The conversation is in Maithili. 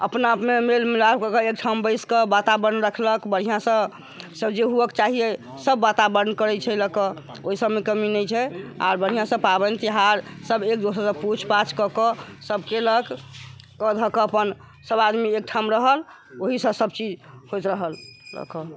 अपना आप मे मेल मिलाप कऽ क एकठाम बैस क वातावरण रखलक बढ़िऑ सँ सब जे हए के चाही सब वातावरण करै छै लए क ओहिसब मे कमी नहि छै आर बढ़िऑं सँ पाबनि तिहार सब एक दोसर सँ पूछ पाछ कऽ क सब केलक कऽ धऽ कऽ अपन सब आदमी एकठम रहल ओहि सँ सबचीज होइत रहल